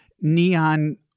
neon